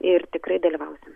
ir tikrai dalyvausim